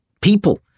people